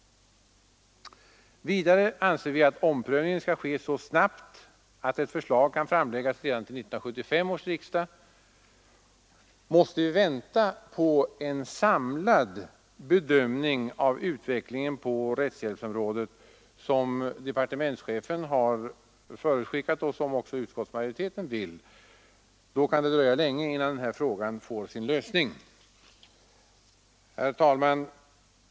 Vidare anser vi att omprövningen skall ske så snabbt att ett förslag kan framläggas redan till 1975 års riksdag. Måste vi vänta på en samlad bedömning av utvecklingen på rättshjälpsområdet, som departementschefen har förutskickat och som också utskottsmajoriteten vill, då kan det dröja länge innan den här frågan får sin lösning. Herr talman!